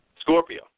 Scorpio